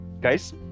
guys